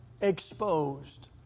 exposed